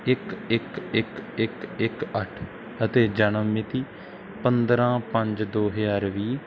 ਇੱਕ ਇੱਕ ਇੱਕ ਇੱਕ ਇੱਕ ਅੱਠ ਅਤੇ ਜਨਮ ਮਿਤੀ ਪੰਦਰਾਂ ਪੰਜ ਦੋ ਹਜ਼ਾਰ ਵੀਹ